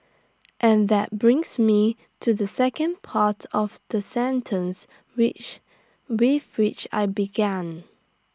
and that brings me to the second part of the sentence which with which I began